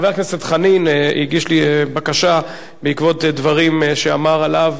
חבר הכנסת חנין הגיש לי בקשה בעקבות דברים שאמר עליו,